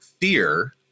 fear